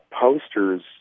posters